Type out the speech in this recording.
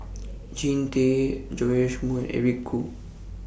Jean Tay Joash Moo Eric Khoo